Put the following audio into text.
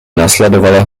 následovalo